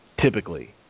typically